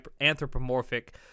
anthropomorphic